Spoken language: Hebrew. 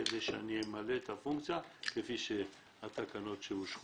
שני-שליש הייתי מחזיר